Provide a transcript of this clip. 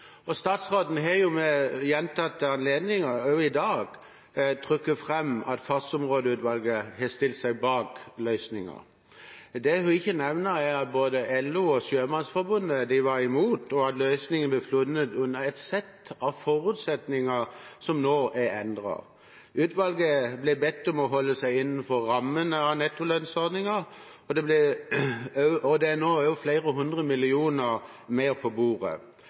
og et godt samarbeid. Statsråden har ved gjentatte anledninger, også i dag, trukket fram at Fartsområdeutvalget har stilt seg bak løsningen. Det hun ikke nevner, er at både LO og Sjømannsforbundet var imot, og at løsningen ble funnet under et sett av forutsetninger som nå er endret. Utvalget ble bedt om å holde seg innenfor rammen av nettolønnsordningen, og det er nå flere hundre millioner mer på bordet.